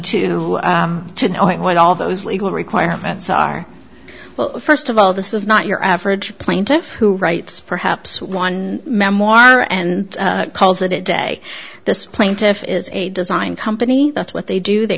to to know what all those legal requirements are well first of all this is not your average plaintiffs who writes perhaps one memoir and calls it a day this plaintiff is a design company that's what they do they